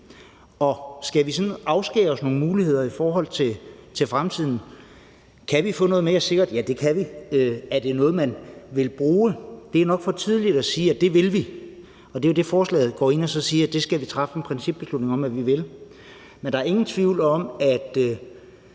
skal vi sådan afskære os nogle muligheder i forhold til fremtiden? Kan vi få noget mere sikkert? Ja, det kan vi. Er det noget, man vil bruge? Det er nok for tidligt at sige, at det vil vi. Og der er det jo, forslaget går ind og siger, at det skal vi træffe en principbeslutning om at vi vil. Men der er ingen tvivl om, at